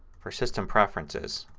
for system preferences,